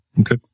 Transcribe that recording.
Okay